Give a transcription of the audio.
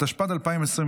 התשפ"ד 2024,